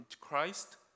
Christ